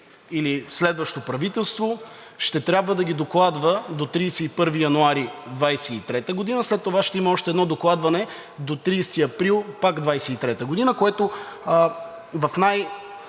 или следващо правителство, ще трябва да ги докладва до 31 януари 2023 г., след това ще има още едно докладване до 30 април – пак 2023 г., което в